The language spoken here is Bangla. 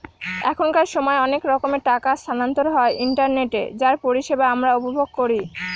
এখনকার সময় অনেক রকমের টাকা স্থানান্তর হয় ইন্টারনেটে যার পরিষেবা আমরা উপভোগ করি